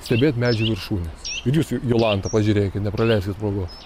stebėt medžių viršūnes ir jūs jolanta pažiūrėkit nepraleiskit progos